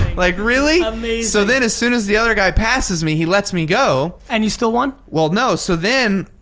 like, really? amazing. so then as soon as the other guy passes me he lets me go. and you still won? well, no, so then,